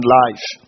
life